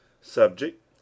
subject